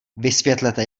vysvětlete